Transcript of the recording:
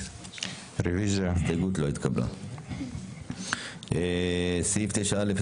הסתייגות מספר 25. בסעיף 9א(ב)